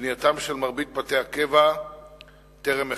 בנייתם של מרבית בתי הקבע טרם החלה.